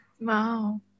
Wow